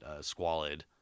Squalid